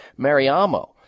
Mariamo